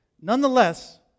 nonetheless